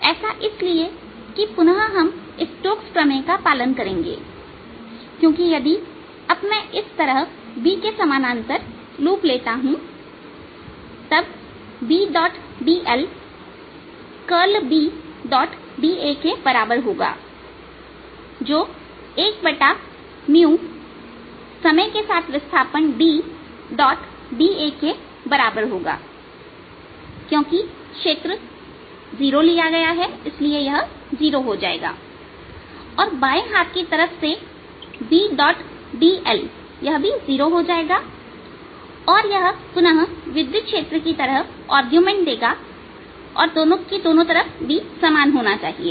ऐसा इसलिए की पुनः हम स्टोक्स प्रमेय का पालन करेंगे क्योंकि यदि अब मैं इस तरह B के समानांतर एक लूप लेता हूं तबBdl curl Bda के बराबर होगा जो वन बाय समय के साथ विस्थापन Dda के बराबर होगा क्योंकि क्षेत्र 0 लिया गया है इसलिए यह 0 हो जाएगा और बाएं हाथ की तरफ से Bdl भी जीरो हो जाएगा और यह पुनः विद्युत क्षेत्र की तरह यह आरगुमेंट देगा कि B दोनों तरफ समान होना चाहिए